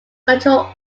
control